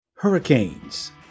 Hurricanes